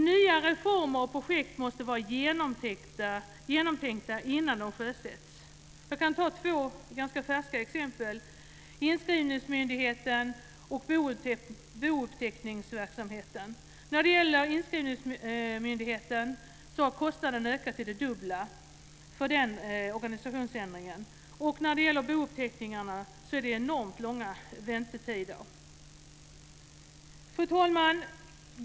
Nya reformer och projekt måste vara genomtänkta innan de sjösätts. Jag kan ta två ganska färska exempel - Inskrivningsmyndigheten och bouppteckningsverksamheten. För Inskrivningsmyndigheten har kostnaderna ökat till det dubbla för organisationsändringen, och för bouppteckningar är det enormt långa väntetider. Fru talman!